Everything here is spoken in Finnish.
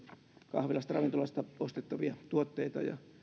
kahvilasta ravintolasta ostettavia tuotteita ja